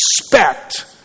respect